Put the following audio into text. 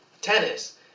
tennis